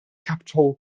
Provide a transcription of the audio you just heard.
capitol